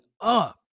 up